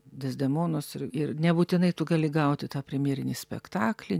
dezdemonos ir nebūtinai tu gali gauti tą premjerinį spektaklį